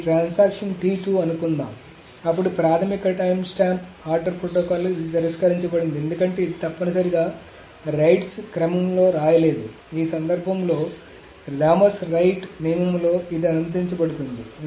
కాబట్టి ఈ ట్రాన్సాక్షన్ అనుకుందాం అప్పుడు ప్రాథమిక టైమ్స్టాంప్ ఆర్డర్ ప్రోటోకాల్లో ఇది తిరస్కరించబడింది ఎందుకంటే ఇది తప్పనిసరిగా రైట్స్ క్రమంలో రాలేదు ఈ సందర్భంలో థామస్ రైట్ నియమంలో ఇది అనుమతించబడుతుంది